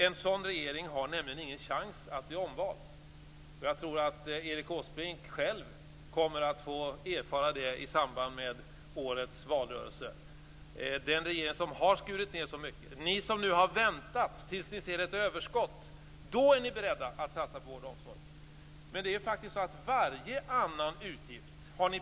En sådan regering har nämligen ingen chans att bli omvald. Jag tror att Erik Åsbrink själv kommer att få erfara det i samband med årets valrörelse. Den regering som har skurit ned så mycket - ni som har väntat tills ni ser ett överskott - är nu beredd att satsa på vård och omsorg. Men det är faktiskt så att ni har prioriterat varje annan utgift högre.